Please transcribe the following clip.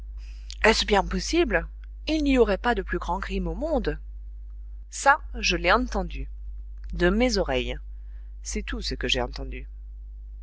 est-ce bien possible il n'aurait pas de plus grand crime au monde ça je l'ai entendu de mes oreilles c'est tout ce que j'ai entendu